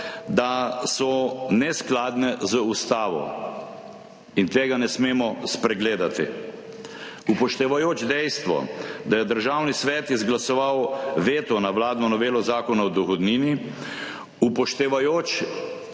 da so neskladne z Ustavo in tega ne smemo spregledati. Upoštevajoč dejstvo, da je Državni svet izglasoval veto na vladno novelo Zakona o dohodnini, upoštevajoč